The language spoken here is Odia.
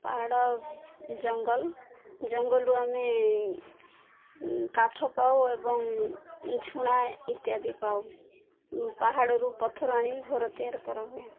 ପାହାଡ଼ ଜଙ୍ଗଲ ଜଙ୍ଗଲରୁ ଆମେ କାଠ ପାଉ ଏବଂ ଝୁଣା ଇତ୍ୟାଦି ପାଉ ପାହାଡ଼ରୁ ପଥର ଆଣି ଘର ତିଆରି କରାହୁଏ